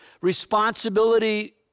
Responsibility